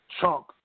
Chunk